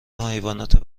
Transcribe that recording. حیوانات